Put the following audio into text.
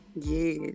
Yes